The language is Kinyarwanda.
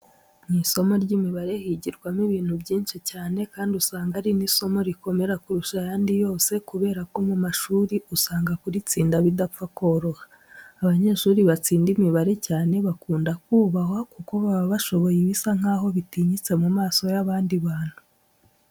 Mu isomo ry'imibare higirwamo ibintu byinshi cyane kandi usanga ari n'isomo rikomera kurusha ayandi yose kubera ko mu mashuri usanga kuritsinda bidapfa koroha. Abanyeshuri batsinda imibare cyane bakunda kubahwa kuko baba bashoboye ibisa nkaho bitinyitse mu maso y'abandi bantu.